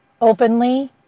openly